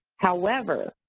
however,